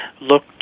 look